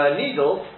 needles